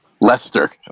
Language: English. Leicester